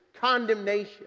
condemnation